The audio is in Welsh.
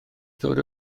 ddod